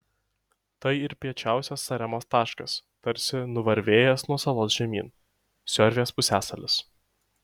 tai ir piečiausias saremos taškas tarsi nuvarvėjęs nuo salos žemyn siorvės pusiasalis